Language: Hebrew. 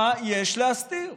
מה יש להסתיר?